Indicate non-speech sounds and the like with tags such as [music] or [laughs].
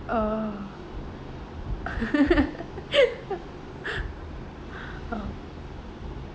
oh [laughs] oh